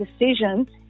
decisions